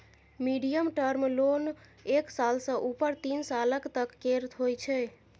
medium term loan एक साल सँ उपर तीन सालक तक केर होइ छै